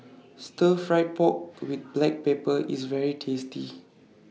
Stir Fried Pork with Black Pepper IS very tasty